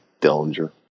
Dillinger